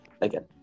again